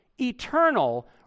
eternal